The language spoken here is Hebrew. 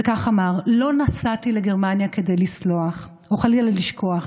וכך אמר: לא נסעתי לגרמניה כדי לסלוח או חלילה לשכוח,